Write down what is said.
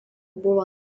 buvo